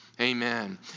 Amen